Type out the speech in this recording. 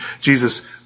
Jesus